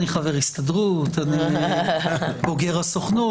ברור שבסוף בתוך מתחם מסוים אתה נועץ את הסיכה,